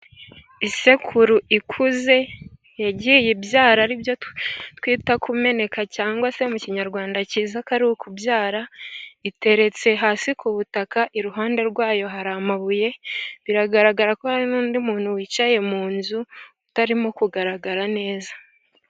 Isekuru ikuze yagiye ibyara, aribyo twita kumeneka cyangwa se mu kinyarwanda cyiza ko ari ukubyara. Iteretse hasi ku butaka, iruhande rwayo hari amabuye. Biragaragara ko hari n'undi muntu wicaye mu nzu, utarimo kugaragara neza.